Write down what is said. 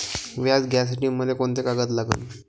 व्याज घ्यासाठी मले कोंते कागद लागन?